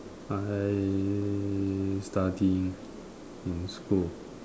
I studying in school